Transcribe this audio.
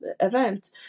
event